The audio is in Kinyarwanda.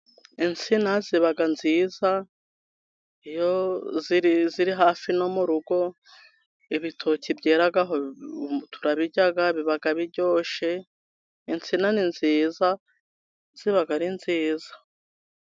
Insina ziba nziza iyo ziri hafi no mu rugo ibitoki byeraho turabirya biba biryoshye, insina ni nziza ziba ari nziza.